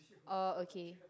oh okay